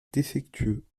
défectueux